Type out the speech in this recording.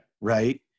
right